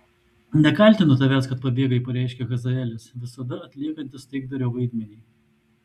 nekaltinu tavęs kad pabėgai pareiškė hazaelis visada atliekantis taikdario vaidmenį